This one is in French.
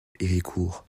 héricourt